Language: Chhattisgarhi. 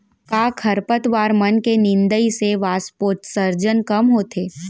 का खरपतवार मन के निंदाई से वाष्पोत्सर्जन कम होथे?